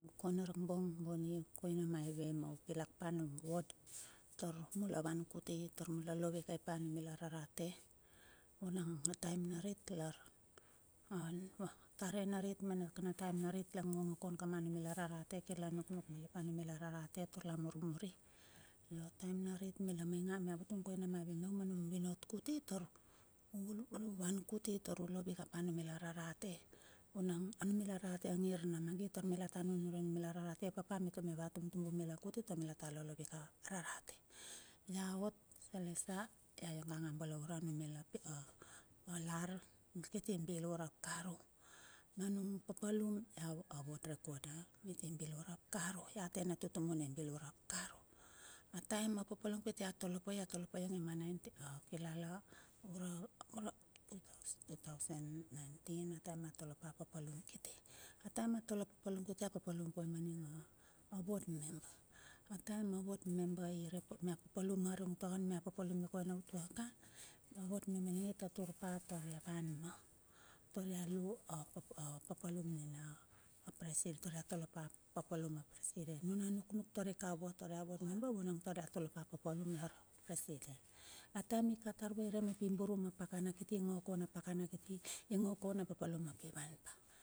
Kona rakbong bonnie, koina maive mau pilak pa a nung wod tar mula van kuti, tar mula lo vike pa anumila rarate, vunang a time narit lar, atare narit me nakana taem narit la ngo kaun kama numila rarate kir la nuknuk pa kama numila rarate tur la murmuri. Io taem narit mila maingan mia vatung koina manum nivot kuti, uvan kuti taru lovike pa anumila rarate. Vunang a numla a rarate angir na magit tar mila ta nunure anumila a rarate papa mitura ma tumtumbu i mila kuti tar mila ta lolo vike a numila rarate. Ia ot talesa, ia ionga a balaure a numila lar kiti bilur ap karu. Manung papalum a wod recorder miti bilur ap karu, la a tena tutumu ni bilur ap karu. Taem a papalum kiti apai, a tolepa a ionge ma kilala 2019 a taem atole a papalum kiti. A taem a tole pala papalum kiti, a papalum guai ma ninga ward member. Taem a ward member iremia mia a papalum mia arivung numia papalum ikoina utuaka, a wod member ininge itaturpa tar lavan tar ia tole pa papalum nina presiden. Nuna nuknuk tari ka vot tar ia wod member vunang tar ia tole pa a papalum lar president. Ataem ika tar vue ap irei mep i buru ma pakana kiti, ingo kaun apakana kiti, ingo kaun apapalum ap ivan pa.